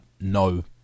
No